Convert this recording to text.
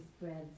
spreads